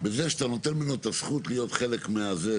בזה שאתה נותן לו את הזכות להיות חלק מהזה,